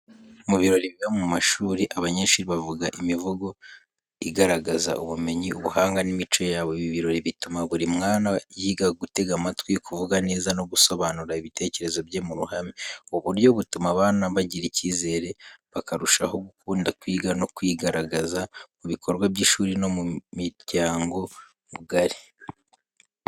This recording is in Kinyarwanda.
Mu birori biba mu mashuri, abanyeshuri bavuga imivugo igaragaza ubumenyi, ubuhanga n’imico yabo. Ibi birori bituma buri mwana yiga gutega amatwi, kuvuga neza no gusobanura ibitekerezo bye mu ruhame. Ubu buryo butuma abana bagira icyizere bakarushaho gukunda kwiga no kwigaragaza mu bikorwa by’ishuri no mu muryango mugari.